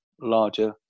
larger